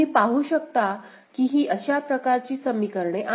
तुम्ही पाहू शकता ही अशा प्रकारची समीकरणे आहेत